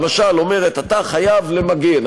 למשל אומרת: אתה חייב למגן,